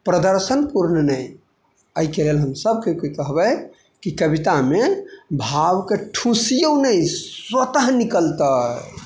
प्रदर्शनपूर्ण नहि अइके लेल हम सब कोइके कहबै की कवितामे भावके ठूसियो नहि स्वतः निकलतै